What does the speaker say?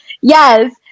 Yes